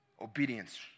Obedience